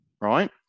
Right